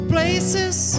Places